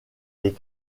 les